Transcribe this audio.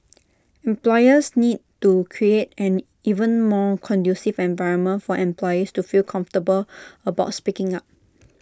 employers need to create an even more conducive environment for employees to feel comfortable about speaking up